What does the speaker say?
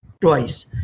twice